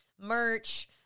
merch